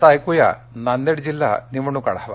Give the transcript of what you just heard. आता ऐक्या नांदेड जिल्हा निवडणुक आढावा